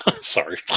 Sorry